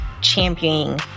championing